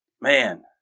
Man